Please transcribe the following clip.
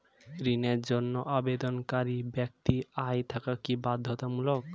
ঋণের জন্য আবেদনকারী ব্যক্তি আয় থাকা কি বাধ্যতামূলক?